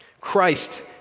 christ